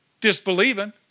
disbelieving